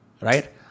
right